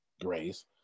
Grace